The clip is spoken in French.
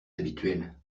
habituel